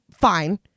fine